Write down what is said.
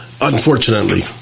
unfortunately